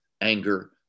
anger